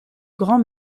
grands